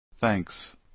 Thanks